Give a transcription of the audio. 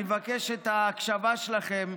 אני מבקש את ההקשבה שלכם,